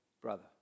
brother